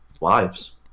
lives